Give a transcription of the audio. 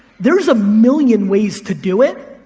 there's a million ways to do it,